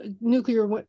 Nuclear